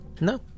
No